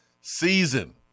season